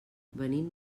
venim